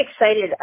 excited